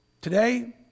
Today